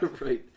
right